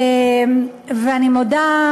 ואני מודה,